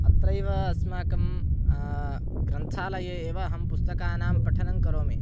अत्रैव अस्माकं ग्रन्थालये एव अहं पुस्तकानां पठनङ्करोमि